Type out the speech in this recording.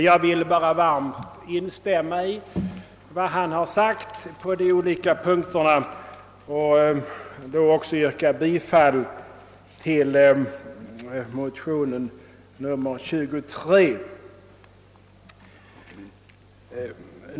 Jag vill bara varmt instämma i vad herr Sjöholm sagt på de olika punkterna och därmed också yrka bifall till motionen nr 23.